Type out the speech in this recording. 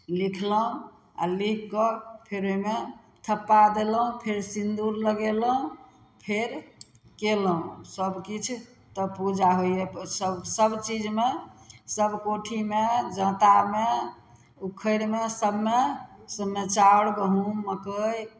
लिखलहुँ आ लिख कऽ फेर ओहिमे थप्पा देलहुँ फेर सिंदूर लगेलहुँ फेर कयलहुँ सबकिछु तब पूजा होइए सब सबचीजमे सब कोठीमे जाँतामे उखरिमे सबमे सबमे चाउर गहूँम मकै